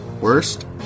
Worst